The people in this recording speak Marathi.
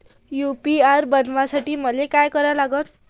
यू.पी.आय बनवासाठी मले काय करा लागन?